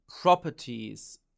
properties